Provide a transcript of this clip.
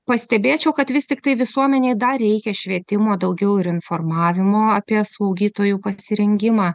pastebėčiau kad vis tiktai visuomenėj dar reikia švietimo daugiau ir informavimo apie slaugytojų pasirengimą